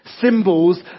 Symbols